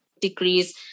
degrees